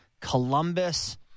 Columbus